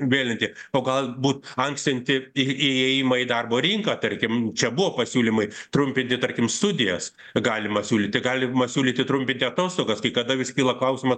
vėlinti o galbūt ankstinti ir įėjimą į darbo rinką tarkim čia buvo pasiūlymai trumpinti tarkim studijas galima siūlyti galima siūlyti trumpinti atostogas kai kada vis kyla klausimas